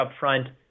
upfront